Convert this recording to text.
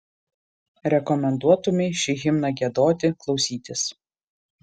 rekomenduotumei šį himną giedoti klausytis